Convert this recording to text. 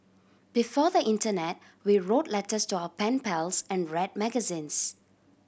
before the internet we wrote letters to our pen pals and read magazines